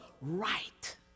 right